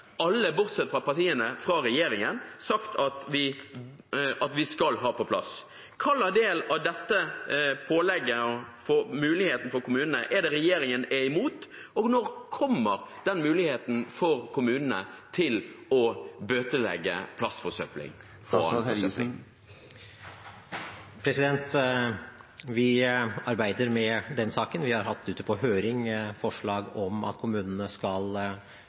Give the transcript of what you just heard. alle bortsett fra regjeringspartiene, sagt at vi skal ha på plass. Hvilken del av dette pålegget om muligheter for kommunene er det regjeringen er imot, og når kommer den muligheten for kommunene til å bøtelegge plastforsøpling? Vi arbeider med den saken. Vi har hatt ute på høring et forslag om at kommunene skal